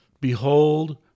Behold